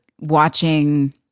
watching